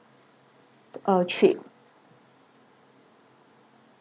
uh trip